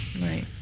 Right